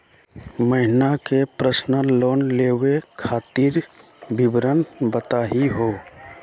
हमनी के personal loan लेवे खातीर विवरण बताही हो?